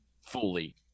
fully